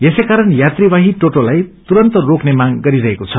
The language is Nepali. यसेकारण यात्रीवाहक टोटोलाइ तुरन्त रोक्ने मांग रिरहेको छ